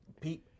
Pete